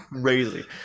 crazy